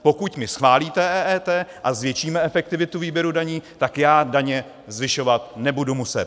Pokud mi schválíte EET a zvětšíme efektivitu výběru daní, tak já daně zvyšovat nebudu muset.